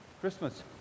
Christmas